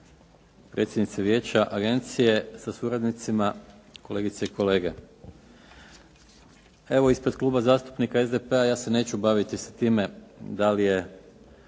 Hvala.